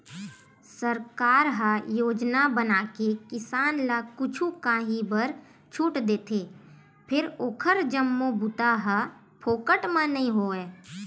सरकार ह योजना बनाके किसान ल कुछु काही बर छूट देथे फेर ओखर जम्मो बूता ह फोकट म नइ होवय